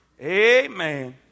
Amen